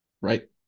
right